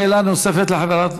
שאלה נוספת לחברת